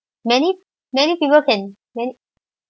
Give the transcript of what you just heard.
many many people can